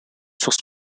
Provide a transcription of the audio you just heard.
source